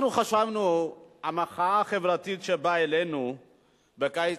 חשבנו שהמחאה החברתית שבאה אלינו בקיץ